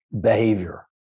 behavior